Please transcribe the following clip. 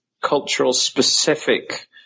cultural-specific